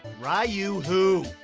rye-you who?